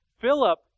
Philip